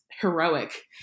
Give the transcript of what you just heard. heroic